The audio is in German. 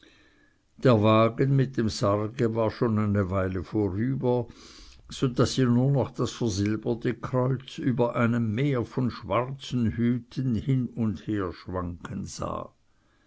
der wagen mit dem sarge war schon eine weile vorüber so daß sie nur noch das versilberte kreuz über einem meer von schwarzen hüten hin und her schwanken sah